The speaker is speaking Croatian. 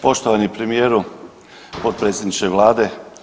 Poštovani premijeru, potpredsjedniče Vlade.